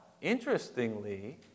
Interestingly